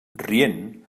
rient